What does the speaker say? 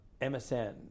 MSN